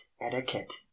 Etiquette